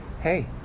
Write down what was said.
hey